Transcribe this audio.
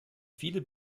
viele